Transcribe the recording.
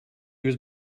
was